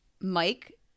mike